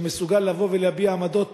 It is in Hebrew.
שמסוגל לבוא ולהביע עמדות